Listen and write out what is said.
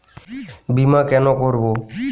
বিমা কেন করব?